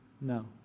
No